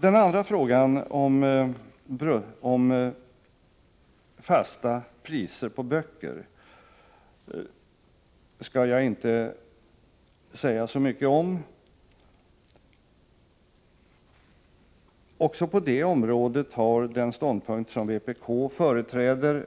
Den andra frågan, om fasta priser på böcker, kan jag behandla mera kortfattat. Också på det området har den ståndpunkt som vpk företräder